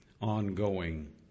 ongoing